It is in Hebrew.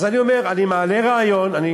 אז אני אומר: אני מעלה רעיון,